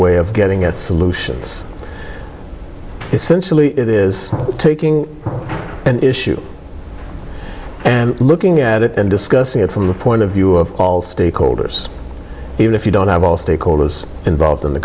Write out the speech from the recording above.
way of getting at solutions essentially it is taking an issue and looking at it and discussing it from the point of view of all stakeholders even if you don't have all stakeholders involved in the